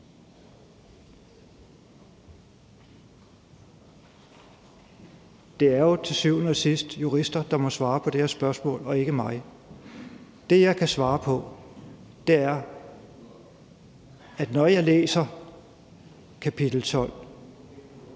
Det er jo til syvende og sidst jurister, der må svare på det her spørgsmål, og ikke mig. Det, jeg kan svare på, er, at når jeg læser kapitel 12